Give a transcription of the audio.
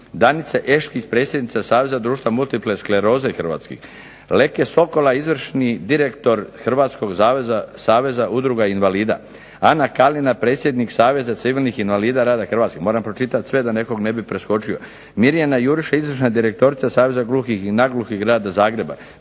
Danica Ešk predsjednica Saveza društva multiple skleroze Hrvatske. Leke Sokola izvršni direktor Hrvatskog saveza udruga invalida. Ana Kalina predsjednik Saveza civilnih invalida rada Hrvatske. Moram pročitati sve da nekog ne bih preskočio. Mirjana Juriša izvršna direktorica Saveza gluhih i nagluhih Grada Zagreba.